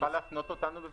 תוכל להפנות אותנו בבקשה?